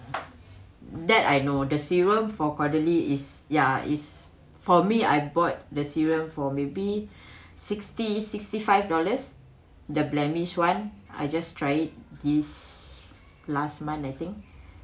that I know the serum for quarterly is ya is for me I bought the serum for maybe sixty sixty five dollars the blemish [one] I just try this last month I think